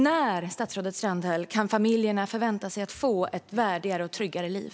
När, statsrådet Strandhäll, kan familjerna förvänta sig att få ett värdigare och tryggare liv?